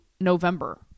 November